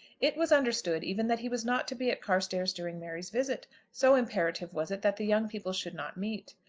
it was understood even that he was not to be at carstairs during mary's visit so imperative was it that the young people should not meet.